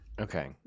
Okay